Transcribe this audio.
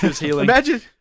Imagine